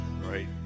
right